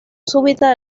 súbita